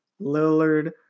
Lillard